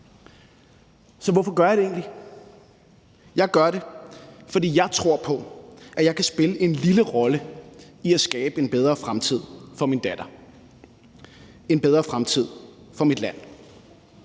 Så hvorfor gør jeg det egentlig? Jeg gør det, fordi jeg tror på, at jeg kan spille en lille rolle i at skabe en bedre fremtid for min datter, en bedre fremtid for mit land.